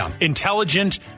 intelligent